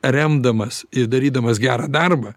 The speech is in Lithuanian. remdamas ir darydamas gerą darbą